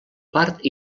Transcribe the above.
part